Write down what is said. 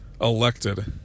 elected